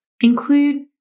include